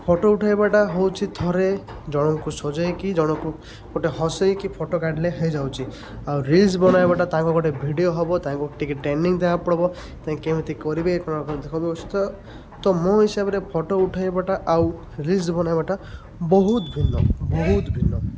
photo ଉଠାଇବାଟା ହେଉଛି ଥରେ ଜଣଙ୍କୁ ସଜେଇକି ଜଣଙ୍କୁ ଗୋଟେ ହସାଇକି ଫଟୋ କାଢ଼ିଲେ ହୋଇଯାଉଛି ଆଉ ରିଲ୍ସ ବନାଇବାଟା ତାଙ୍କୁ ଗୋଟେ ଭିଡ଼ିଓ ହେବ ତାଙ୍କୁ ଟିକିଏ ଟ୍ରେନିଂ ଦେବାକୁ ପଡ଼ିବ ତାହା କେମିତି କରିବେ କ'ଣ ମୋ ହିସାବରେ ଫଟୋ ଉଠାଇବାଟା ଆଉ ରିଲ୍ସ ବନାଇବାଟା ବହୁତ ଭିନ୍ନ ବହୁତ ଭିନ୍ନ